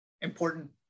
important